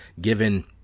given